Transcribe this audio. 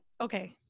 Okay